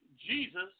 Jesus